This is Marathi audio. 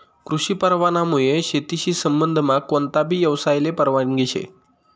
कृषी परवानामुये शेतीशी संबंधमा कोणताबी यवसायले परवानगी शे